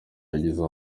yagize